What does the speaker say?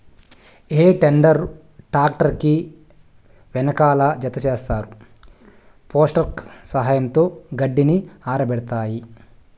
హే tedder ను tractor కి వెనకాల జతచేస్తారు, ఫోర్క్ల సహాయంతో గడ్డిని ఆరబెడతాది